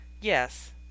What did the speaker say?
Yes